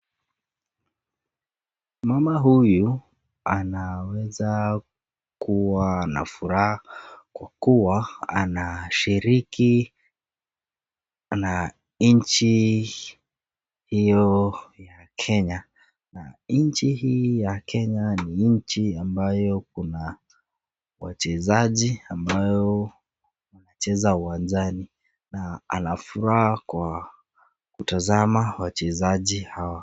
Mama huyu, anaweza kuwa na furaha kwa kuwa anashiriki na nchi hiyo ya Kenya. Na nchi hii ya Kenya ni nchi ambayo kuna wachezaji ambao wanacheza uwanjani, na anafuraha kwa kutazama wachezaji hawa.